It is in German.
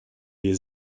wir